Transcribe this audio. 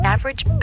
Average